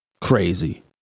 crazy